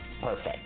perfect